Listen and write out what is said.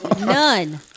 None